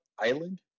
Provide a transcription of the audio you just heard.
Island